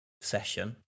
session